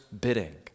bidding